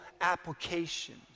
applications